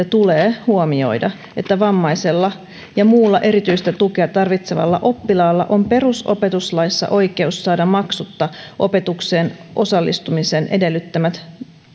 tulee huomioida että vammaisella ja muulla erityistä tukea tarvitsevalla oppilaalla on perusopetuslaissa oikeus saada maksutta opetukseen osallistumisen edellyttämät